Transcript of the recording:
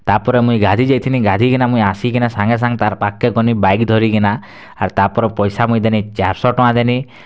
ତା'ପରେ ମୁଇଁ ଗାଧି ଯାଇଥିଲି ଗାଧି କିନା ମୁଇଁ ଆସିକି ନା ସାଙ୍ଗେ ସାଙ୍ଗେ ତାର୍ ପାଖ କେ ଗଲି ବାଇକି ଧରିକିନା ଆର୍ ତା'ପରେ ପଇସା ମୁଇଁ ଦେନି ଚାରିଶହ ଟଙ୍କା ଦେନି